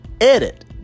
edit